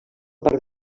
part